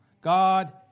God